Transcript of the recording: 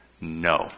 no